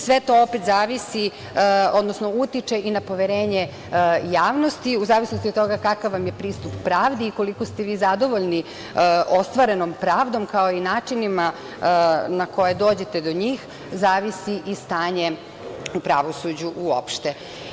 Sve to opet utiče i na poverenje javnosti, u zavisnosti od toga kakav vam je pristup pravdi i koliko ste vi zadovoljni ostvarenom pravdom, kao i načinima na koje dođete do njih zavisi i stanje u pravosuđu uopšte.